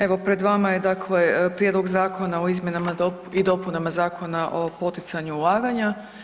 Evo pred vama je dakle Prijedlog zakona o izmjenama i dopunama Zakona o poticanju ulaganja.